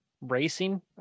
racing